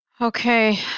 Okay